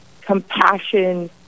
compassion